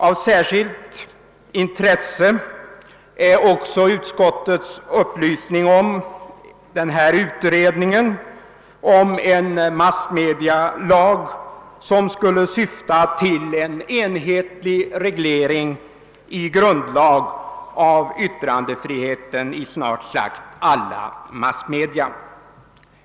Av särskilt intresse är också utskottets upplysning om tillsättandet av en utredning om en massmedialag, som skulle syfta till en enhetlig reglering i grundlagen av yttrandefriheten i snart sagt alla massmedia.